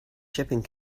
shipping